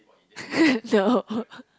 no